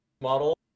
model